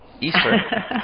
Easter